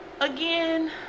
again